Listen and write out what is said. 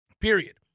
period